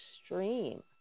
extreme